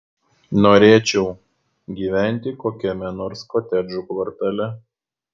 norėčiau gyventi kokiame nors kotedžų kvartale